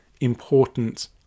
important